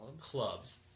clubs